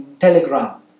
Telegram